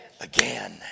Again